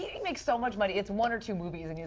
he makes so much money. it's one or two movies. and yeah